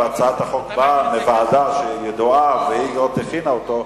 והצעת החוק באה מוועדה ידועה והיא שהכינה אותו,